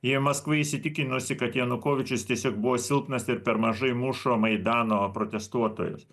jei maskva įsitikinusi kad janukovičius tiesiog buvo silpnas ir per mažai mušo maidano protestuotojus